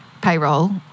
payroll